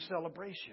celebration